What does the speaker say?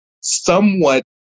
somewhat